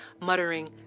muttering